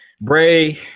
Bray